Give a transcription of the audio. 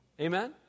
Amen